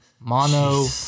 Mono